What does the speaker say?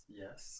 yes